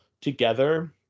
together